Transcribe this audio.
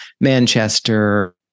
Manchester